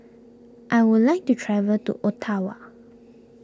I would like to travel to Ottawa